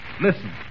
listen